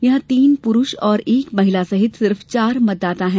यहां तीन पुरूष और एक महिला सहित सिर्फ चार मतदाता है